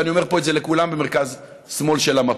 ואני אומר פה את זה לכולם במרכז-שמאל של המפה,